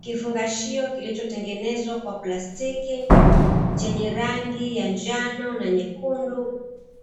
Kifungashio kilichotengenezwa kwa plastiki, chenye rangi ya njano na nyekundu,